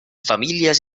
famílies